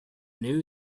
new